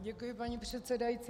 Děkuji, paní předsedající.